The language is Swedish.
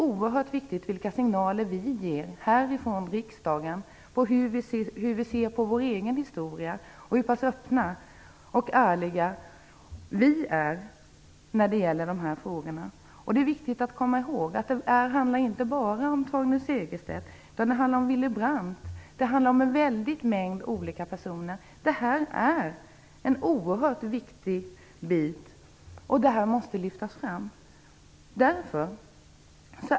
De signaler som vi ger härifrån riksdagen är oerhört viktiga och hur vi ser på vår egen historia och hur öppna och ärliga vi är när det gäller dessa frågor. Det är angeläget att komma ihåg att det inte bara handlar om Torgny Segerstedt. Det handlar om Willy Brandt och om en mängd olika personer. Detta måste lyftas fram.